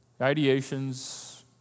ideations